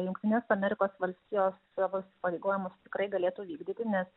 jungtinės amerikos valstijos savo įsipareigojimus tikrai galėtų vykdyti nes